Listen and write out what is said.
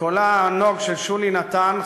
וקולה הענוג של שולי נתן,